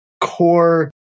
core